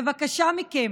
בבקשה מכם,